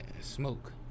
smoke